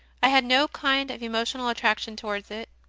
i had no kind of emotional attraction towards it,